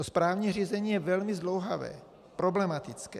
Správní řízení je velmi zdlouhavé, problematické.